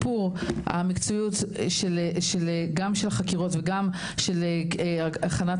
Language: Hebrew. שיפור המקצועיות גם של החקירות וגם של הכנת